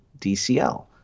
DCL